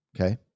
Okay